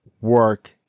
work